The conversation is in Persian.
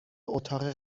اتاق